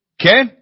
Okay